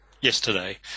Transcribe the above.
yesterday